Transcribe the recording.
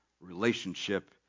relationship